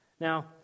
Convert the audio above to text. Now